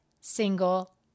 single